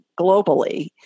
globally